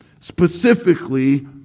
specifically